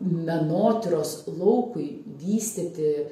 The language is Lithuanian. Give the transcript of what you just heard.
menotyros laukui vystyti